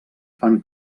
fan